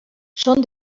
són